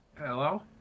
Hello